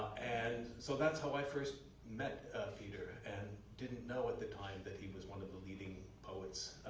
and so that's how i first met peter. and didn't know at the time that he was one of the leading poets,